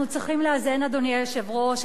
אנחנו צריכים לאזן, אדוני היושב-ראש.